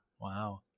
wow